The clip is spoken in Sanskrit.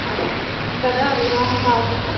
अस्तु कदा विवाहः आसीत्